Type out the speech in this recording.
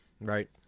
Right